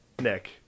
Nick